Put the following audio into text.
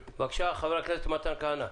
בבקשה, חבר הכנסת מתן כהנא.